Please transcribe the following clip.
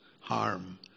harm